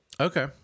Okay